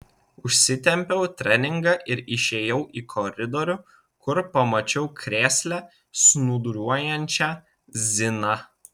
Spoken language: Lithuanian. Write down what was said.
užsitempiau treningą ir išėjau į koridorių kur pamačiau krėsle snūduriuojančią ziną